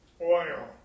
oil